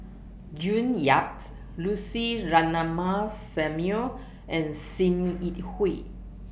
June Yaps Lucy Ratnammah Samuel and SIM Yi Hui